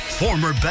former